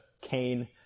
Cain